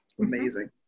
amazing